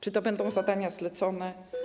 Czy to będą zadania zlecone?